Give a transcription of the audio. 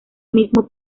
mismo